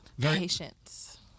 Patience